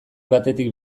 batetik